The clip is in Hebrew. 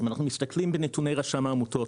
אם אנחנו מסתכלים בנתוני רשם העמותות,